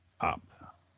up